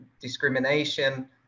discrimination